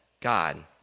God